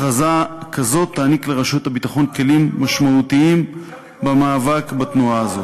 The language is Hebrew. הכרזה כזאת תעניק לרשות הביטחון כלים משמעותיים במאבק בתנועה הזאת.